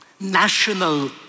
national